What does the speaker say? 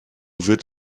wird